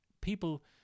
people